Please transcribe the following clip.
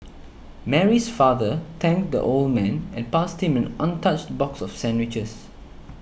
Mary's father thanked the old man and passed him an untouched box of sandwiches